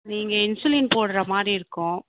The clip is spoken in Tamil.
நீங்கள் இன்சுலின் போட்ற மாதிரி இருக்கும்